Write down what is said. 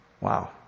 Wow